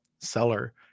seller